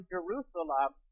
Jerusalem